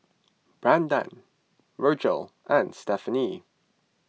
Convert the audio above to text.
Brandan Virgil and Stephanie